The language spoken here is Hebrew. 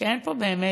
שאין פה באמת